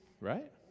right